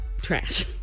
Trash